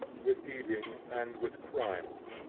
with eating, and with crimes.